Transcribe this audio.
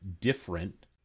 different